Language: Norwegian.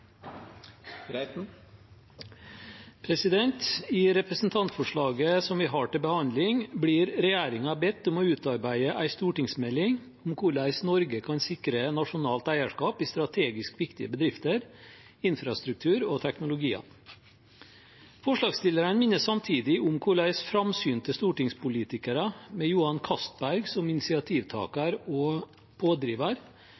I representantforslaget som vi har til behandling, blir regjeringen bedt om å utarbeide en stortingsmelding om hvordan Norge kan sikre nasjonalt eierskap i strategisk viktige bedrifter, infrastruktur og teknologier. Forslagsstillerne minner samtidig om hvordan framsynte stortingspolitikere, med Johan Castberg som